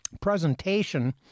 presentation